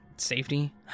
Safety